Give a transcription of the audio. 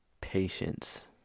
patience